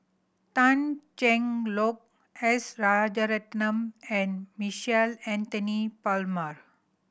Tan Cheng Lock S Rajaratnam and Michael Anthony Palmer